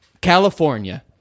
California